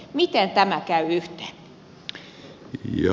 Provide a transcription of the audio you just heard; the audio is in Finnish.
miten nämä käyvät yhteen